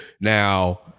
Now